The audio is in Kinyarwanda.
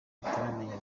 bataramenya